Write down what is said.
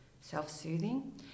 self-soothing